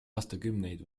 aastakümneid